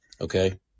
Okay